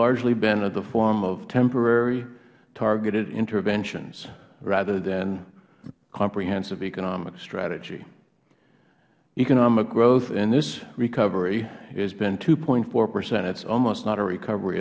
largely been in the form of temporary targeted interventions rather than comprehensive economic strategy economic growth in this recovery has been two point four percent almost not a recovery